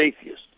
atheist